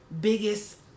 biggest